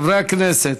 חברי הכנסת,